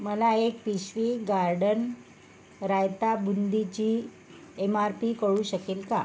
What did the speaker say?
मला एक पिशवी गार्डन रायता बुंदीची एम आर पी कळू शकेल का